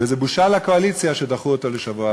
וזו בושה לקואליציה שדחו אותה לשבוע הבא.